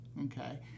okay